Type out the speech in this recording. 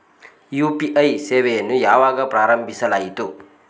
UPI ಸೇವೆಯನ್ನು ಯಾವಾಗ ಪ್ರಾರಂಭಿಸಲಾಯಿತು?